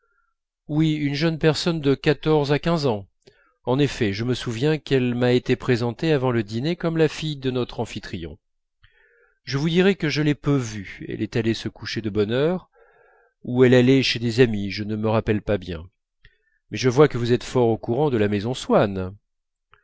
oui une jeune personne de quatorze à quinze ans en effet je me souviens qu'elle m'a été présentée avant le dîner comme la fille de notre amphitryon je vous dirai que je l'ai peu vue elle est allée se coucher de bonne heure ou elle allait chez des amies je ne me rappelle pas bien mais je vois que vous êtes fort au courant de la maison swann